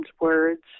words